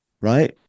right